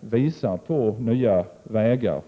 visar på nya vägar.